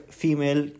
female